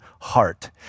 heart